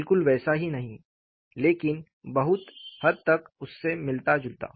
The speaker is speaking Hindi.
बिल्कुल वैसा ही नहीं लेकिन बहुत हद तक उससे मिलता जुलता